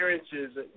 experiences